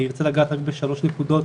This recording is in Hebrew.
אני רוצה לגעת רק בשלוש נקודות